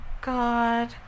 God